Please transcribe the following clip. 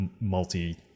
multi